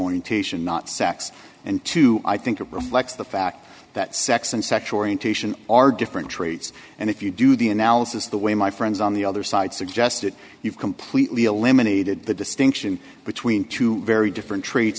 orientation not sex and two i think it reflects the fact that sex and sexual orientation are different traits and if you do the analysis the way my friends on the other side suggested you've completely eliminated the distinction which i mean two very different tra